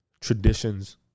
traditions